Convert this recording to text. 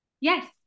Yes